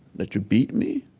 that you beat me,